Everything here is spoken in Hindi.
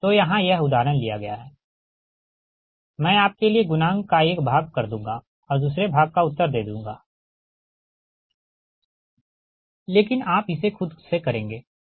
तो यहाँ यह उदाहरण लिया गया है मैं आपके लिए गुणांक का एक भाग कर दूँगा और दूसरे भाग का उत्तर दे दूँगा लेकिन आप इसे खुद से करेंगे ठीक